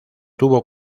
tuvo